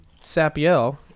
Sapiel